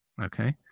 okay